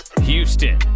Houston